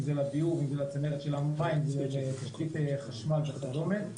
לביוב ולצנרת של המים ותשתית חשמל וכדומה --- ליאור,